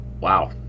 wow